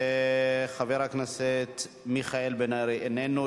חבר הכנסת מיכאל בן-ארי, איננו.